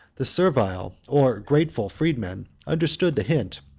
the servile, or grateful, freedman understood the hint,